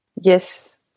yes